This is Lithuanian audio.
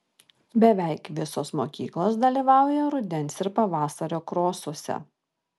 beveik visos mokyklos dalyvauja rudens ir pavasario krosuose